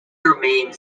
remains